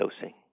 dosing